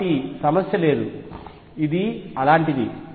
కాబట్టి సమస్య లేదు ఇది అలాంటిది